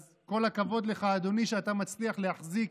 אז כל הכבוד לך, אדוני, שאתה מצליח להחזיק